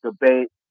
debate